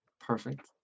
Perfect